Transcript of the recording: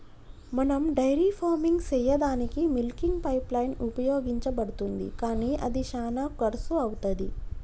మనం dairy farming సెయ్యదానికీ milking pipeline ఉపయోగించబడుతుంది కానీ అది శానా కర్శు అవుతది